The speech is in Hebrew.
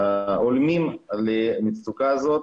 הולמים למצוקה זו.